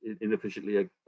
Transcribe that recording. inefficiently